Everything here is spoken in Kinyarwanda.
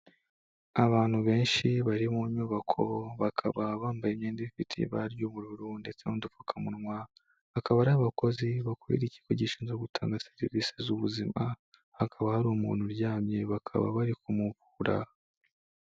Abantu benshi bari mu nyubako bakaba bambaye imyenda ifite ibara ry'ubururu ndetse n'udupfukamunwakaba, bakaba ari abakozi bakorera ikigo gishinzwe gutanga serivisi z'ubuzima, hakaba hari umuntu uryamye, bakaba bari kumuvura.